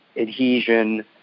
adhesion